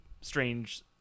strange